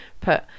put